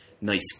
nice